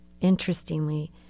interestingly